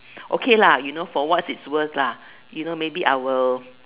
okay lah you know for what it's worse lah you know maybe I will